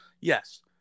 Yes